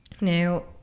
now